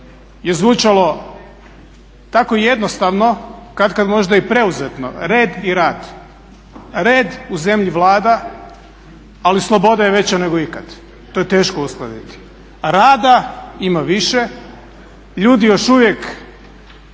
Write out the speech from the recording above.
je zvučalo tako jednostavno, katkad možda i preuzetno, red i rad, red u zemlji vlada ali sloboda je veća nego ikad. To je teško uskladiti. Rada ima više, ljudi još uvijek